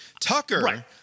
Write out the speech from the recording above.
Tucker